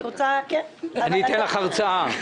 אני אתן לך הרצאה.